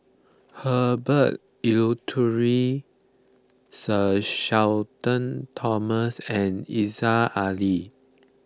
Herbert Eleuterio Sir Shenton Thomas and Aziza Ali